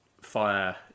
fire